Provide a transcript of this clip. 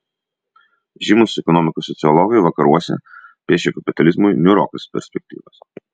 žymūs ekonomikos sociologai vakaruose piešia kapitalizmui niūrokas perspektyvas